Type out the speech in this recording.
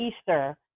Easter